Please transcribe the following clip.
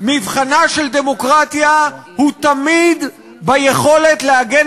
מבחנה של דמוקרטיה הוא תמיד ביכולת להגן